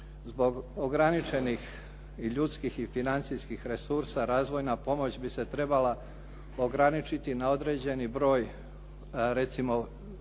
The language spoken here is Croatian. Zbog ograničenih i ljudskih i financijskih resursa razvojna pomoć bi se trebala ograničiti na određeni broj recimo